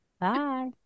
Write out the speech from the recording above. Bye